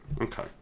Okay